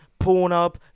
Pornhub